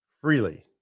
freely